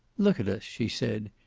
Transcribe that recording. look at us, she said.